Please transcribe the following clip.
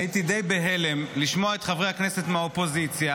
הייתי די בהלם לשמוע את חברי הכנסת מהאופוזיציה,